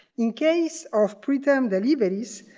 in case of preterm deliveries,